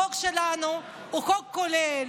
החוק שלנו הוא חוק כולל,